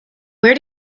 where